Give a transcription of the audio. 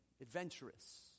adventurous